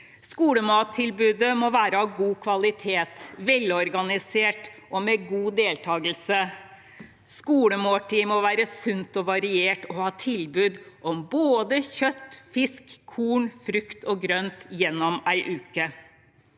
Skolemattilbudet må være av god kvalitet, velorganisert og med god deltakelse. Skolemåltidet må være sunt og variert og ha tilbud om både kjøtt, fisk, korn, frukt og grønt gjennom en uke.